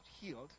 healed